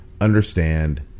understand